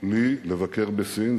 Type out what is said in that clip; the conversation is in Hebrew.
עבורי לבקר בסין.